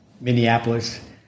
Minneapolis